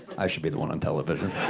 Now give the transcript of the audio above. i should be the one on television.